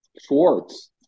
Schwartz